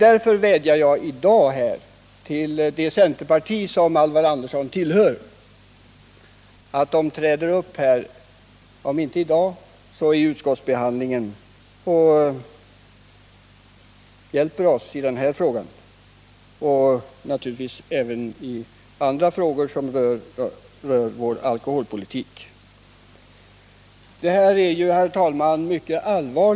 Därför vädjar jag i dag till medlemmar i det centerparti som Alvar Andersson tillhör att träda upp här — om inte i dag så vid utskottsbehandlingen — och hjälpa oss i den här frågan och naturligtvis även i andra frågor som rör vår alkoholpolitik. Det här är mycket allvarliga frågor, herr talman.